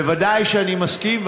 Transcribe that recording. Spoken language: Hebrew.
בוודאי שאני מסכים,